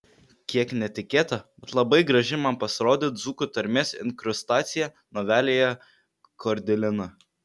kiek netikėta bet labai graži man pasirodė dzūkų tarmės inkrustacija novelėje kordilina